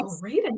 great